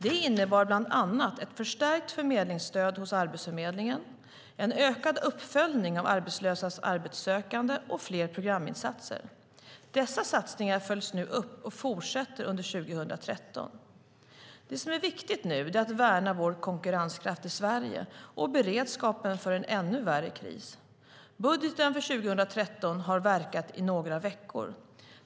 Det innebar bland annat ett förstärkt förmedlingsstöd hos Arbetsförmedlingen, en ökad uppföljning av arbetslösas arbetssökande och fler programinsatser. Dessa satsningar följs nu upp och fortsätter under 2013. Det som är viktigt nu är att värna vår konkurrenskraft och vår beredskap i Sverige för en ännu värre kris. Budgeten för 2013 har verkat i några veckor.